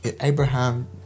Abraham